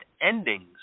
endings